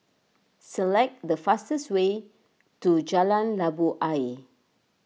select the fastest way to Jalan Labu Ayer